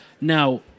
Now